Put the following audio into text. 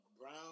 Brown